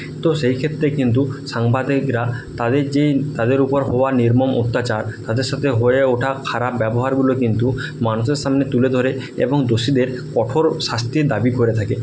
তো সেই ক্ষেত্রে কিন্তু সাংবাদিকরা তাদের যে তাদের উপর হওয়া নির্মম অত্যাচার তাদের সাথে হয়ে ওঠা খারাপ ব্যবহারগুলো কিন্তু মানুষের সামনে তুলে ধরে এবং দোষীদের কঠোর শাস্তির দাবি করে থাকে